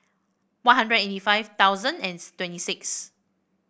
One Hundred eighty five thousand and twenty six